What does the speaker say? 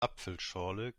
apfelschorle